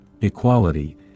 equality